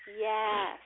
Yes